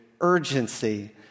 urgency